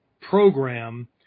program